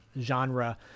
genre